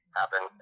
happen